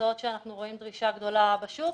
מקצועות שאנחנו רואים דרישה גדולה בשוק.